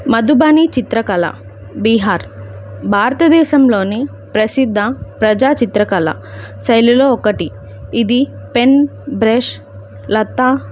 మధుబని చిత్రకళ బీహార్ భారతదేశంలోని ప్రసిద్ధ ప్రజా చిత్రకళ శైలులలో ఒకటి ఇది పెన్ బ్రష్ లతా